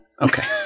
Okay